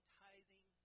tithing